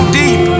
deep